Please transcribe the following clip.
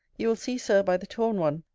you will see, sir, by the torn one,